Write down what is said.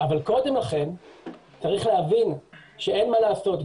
אבל קודם לכן צריך להבין שאין מה לעשות,